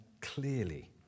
clearly